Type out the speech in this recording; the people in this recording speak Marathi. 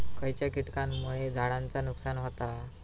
खयच्या किटकांमुळे फळझाडांचा नुकसान होता?